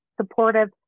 supportive